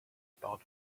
about